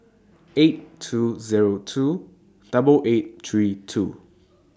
eight two Zero two double eight three two